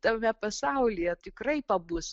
tame pasaulyje tikrai pabus